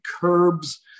curbs